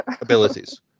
abilities